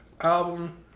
album